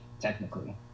technically